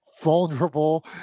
vulnerable